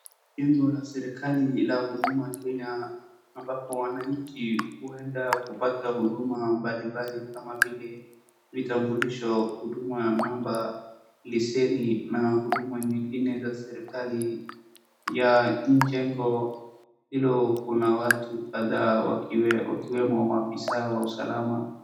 Jengo la serikali la huduma Kenya ambapo wanaanchi huenda kupata huduma mbalimbali kama vile vitambulisho ,huduma namba leseni na huduma zingine za serikali nje ya jengo Hilo Kuna watu kadhaa wakiwemo afisa wa polisi usalama